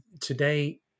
today